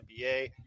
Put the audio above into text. NBA